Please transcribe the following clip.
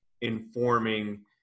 informing